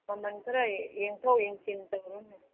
ꯃꯃꯟ ꯈꯔ ꯌꯦꯡꯊꯣꯛ ꯌꯦꯡꯁꯤꯟ ꯇꯧꯔꯣꯅꯦ